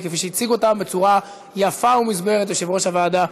כפי שהציג אותם בצורה יפה ומוסברת יושב-ראש הוועדה,